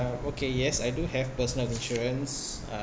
okay yes I do have personal insurance um